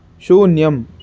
शून्यम्